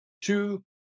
two